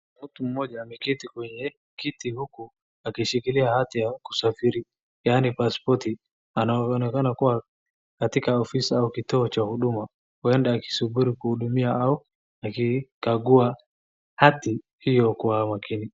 Mtu mmoja ameketi kwenye kiti uku akishikilia hati ya kusafiri yaani pasipoti. Anaonekana kuwa katika ofisi au kituo cha huduma. Ueda akisubiri kuhudumiwa au akikagua hati hio kwa umakini.